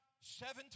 seven